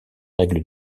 règles